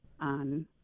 on